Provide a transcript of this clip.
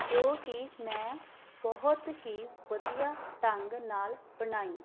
ਜੋ ਕਿ ਮੈਂ ਬਹੁਤ ਹੀ ਵਧੀਆ ਢੰਗ ਨਾਲ ਬਣਾਈ